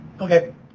Okay